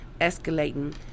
escalating